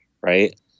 right